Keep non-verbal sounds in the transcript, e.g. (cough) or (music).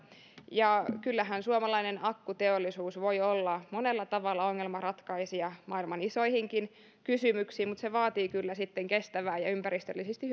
ja kyllähän suomalainen akkuteollisuus voi olla monella tavalla ongelmanratkaisija maailman isoissakin kysymyksissä mutta se vaatii kyllä sitten kestävää ja ympäristöllisesti (unintelligible)